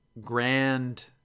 grand